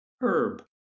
Herb